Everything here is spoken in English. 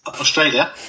Australia